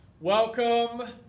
Welcome